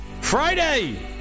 Friday